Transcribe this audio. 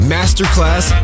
Masterclass